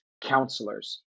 counselors